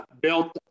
built